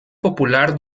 popular